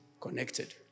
connected